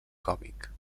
còmic